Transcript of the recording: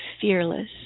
fearless